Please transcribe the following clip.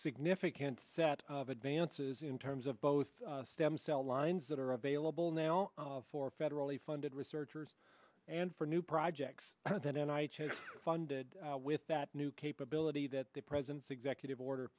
significant set of advances in terms of both stem cell lines that are available now for federally funded researchers and for new projects funded with that new capability that the president's executive order